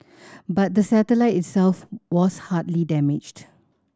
but the satellite itself was hardly damaged